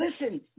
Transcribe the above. Listen